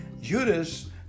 Judas